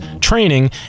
training